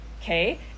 okay